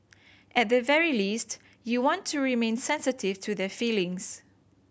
at the very least you want to remain sensitive to their feelings